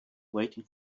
waiting